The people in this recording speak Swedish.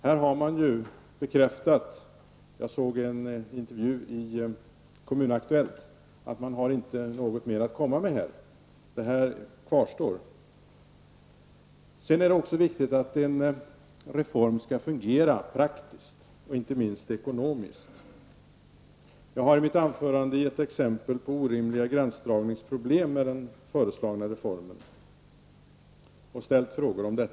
Här har man bekräftat -- jag såg i en intervju i Kommun-Aktuellt att man här inte har något mer att komma med -- att problemet kvarstår. Sedan är det också viktigt att en reform skall fungera praktiskt och inte minst ekonomiskt. Jag har i mitt anförande givit exempel på orimliga gränsdragningsproblem med den föreslagna reformen och ställt frågor om dem.